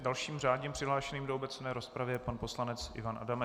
Dalším řádně přihlášeným do obecné rozpravy je pan poslanec Ivan Adamec.